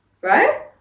Right